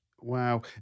wow